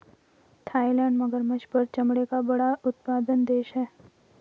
Thailand मगरमच्छ पर चमड़े का बड़ा उत्पादक देश है